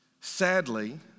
Sadly